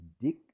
dick